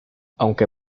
aunque